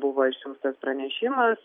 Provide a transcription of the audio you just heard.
buvo išsiųstas pranešimas